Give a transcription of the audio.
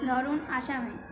ধরুন আসামি